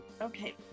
Okay